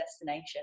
destination